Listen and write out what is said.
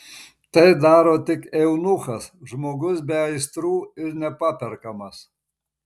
tai daro tik eunuchas žmogus be aistrų ir nepaperkamas